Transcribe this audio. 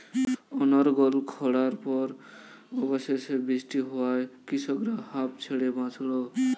অনর্গল খড়ার পর অবশেষে বৃষ্টি হওয়ায় কৃষকরা হাঁফ ছেড়ে বাঁচল